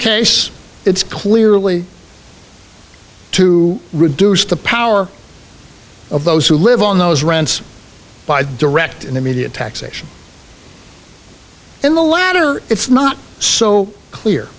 case it's clearly to reduce the power of those who live on those rents by direct and immediate taxation in the latter it's not so clear